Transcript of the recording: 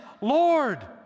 Lord